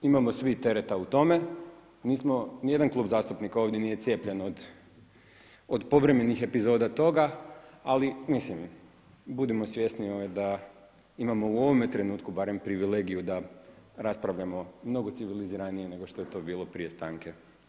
Imamo svi tereta u tome, ni jedan Klub zastupnika ovdje nije cijepljen od povremenih epizoda toga, ali mislim, budimo svjesni da imamo u ovome trenutku barem, privilegiju da raspravljamo mnogo civiliziranije nego što je to bilo prije stanke.